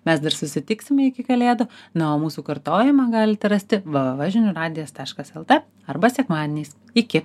mes dar susitiksime iki kalėdų na o mūsų kartojimą galite rasti v v v žinių radijas taškas lt arba sekmadieniais iki